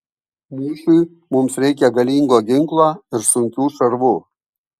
mūšiui mums reikia galingo ginklo ir sunkių šarvų